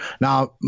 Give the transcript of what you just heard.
Now